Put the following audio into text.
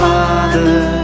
Father